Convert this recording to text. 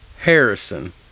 harrison